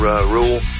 rule